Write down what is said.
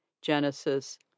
Genesis